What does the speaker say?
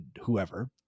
whoever